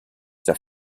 their